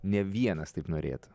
ne vienas taip norėtų